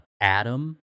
Adam